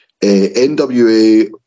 NWA